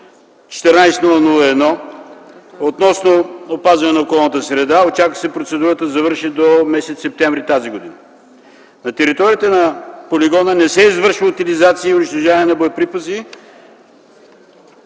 14-001 относно опазване на околната среда. Очаква се процедурата да завърши до м. септември тази година. На територията на полигона не се извършва утилизация и унищожаване на боеприпаси,